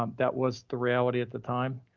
um that was the reality at the time.